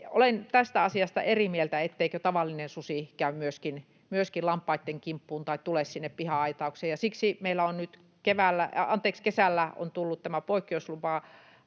olen tästä asiasta eri mieltä, etteikö tavallinen susi käy myöskin lampaitten kimppuun tai tule sinne piha-aitaukseen. Siksi meille on nyt kesällä tullut tämä